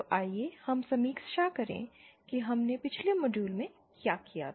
तो आइए हम समीक्षा करें कि हमने पिछले मॉड्यूल में क्या किया था